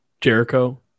Jericho